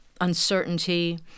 uncertainty